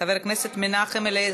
חבר הכנסת מנחם אליעזר,